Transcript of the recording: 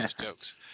jokes